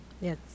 Yes